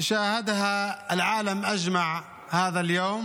חבר הכנסת אחמד טיבי,